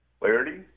clarity